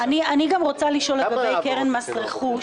אני גם רוצה לשאול את מס רכוש